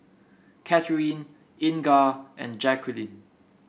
Katheryn Inga and Jaqueline